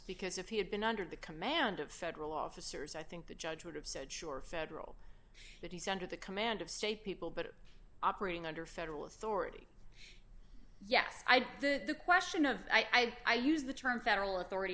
because if he had been under the command of federal officers i think the judge would have said sure federal that he's under the command of state people but operating under federal authority yes the question of i use the term federal authority